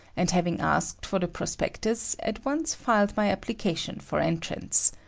and having asked for the prospectus, at once filed my application for entrance.